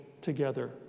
together